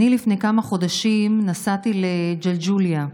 לפני כמה חודשים נסעתי לג'לג'וליה,